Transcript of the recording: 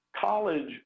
college